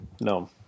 No